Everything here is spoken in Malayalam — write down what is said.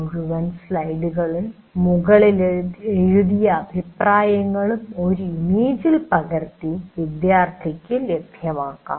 മുഴുവൻ സ്ലൈഡുകളും മുകളിൽ എഴുതിയ അഭിപ്രായങ്ങളും ഒരു ഇമേജിൽ പകർത്തി വിദ്യാർത്ഥികൾക്ക് ലഭ്യമാക്കാം